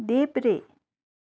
देब्रे